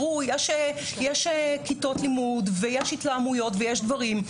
יש כיתות לימוד ויש התלהמויות ויש דברים.